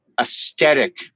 aesthetic